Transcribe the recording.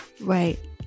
Right